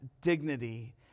dignity